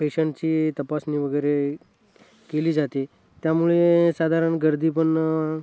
पेशंटची तपासणी वगैरे केली जाते त्यामुळे साधारण गर्दी पण